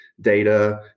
Data